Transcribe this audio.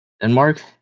Denmark